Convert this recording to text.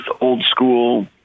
old-school